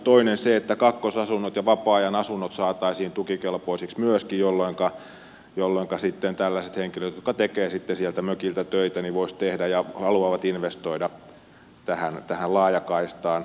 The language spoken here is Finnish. toinen on se että kakkosasunnot ja vapaa ajan asunnot saataisiin tukikelpoisiksi myöskin jolloinka sitten tällaiset henkilöt jotka tekevät sitten sieltä mökiltä töitä voisivat tehdä ja haluavat investoida tähän laajakaistaan